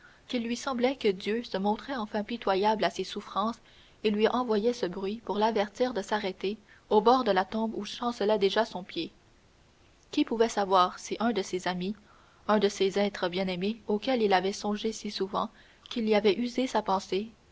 qu'il lui semblait que dieu se montrait enfin pitoyable à ses souffrances et lui envoyait ce bruit pour l'avertir de s'arrêter au bord de la tombe où chancelait déjà son pied qui pouvait savoir si un de ses amis un de ces êtres bien-aimés auxquels il avait songé si souvent qu'il y avait usé sa pensée